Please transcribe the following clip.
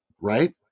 right